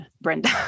Brenda